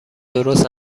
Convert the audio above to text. درست